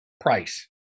price